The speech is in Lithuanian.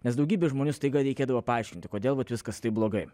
nes daugybei žmonių staiga reikėdavo paaiškinti kodėl vat viskas taip blogai